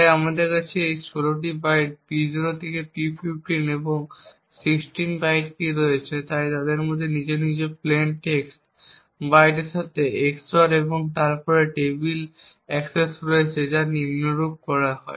তাই আমাদের কাছে 16 বাইট P0 থেকে P15 এবং 16 বাইট কী রয়েছে যা তাদের নিজ নিজ প্লেইন টেক্সট বাইটের সাথে XOR এবং তারপরে টেবিল অ্যাক্সেস রয়েছে যা নিম্নরূপ করা হয়